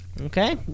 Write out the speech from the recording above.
Okay